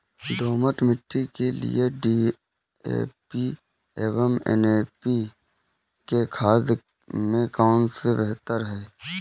दोमट मिट्टी के लिए डी.ए.पी एवं एन.पी.के खाद में कौन बेहतर है?